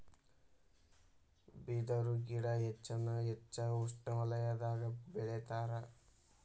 ಬಿದರು ಗಿಡಾ ಹೆಚ್ಚಾನ ಹೆಚ್ಚ ಉಷ್ಣವಲಯದಾಗ ಬೆಳಿತಾರ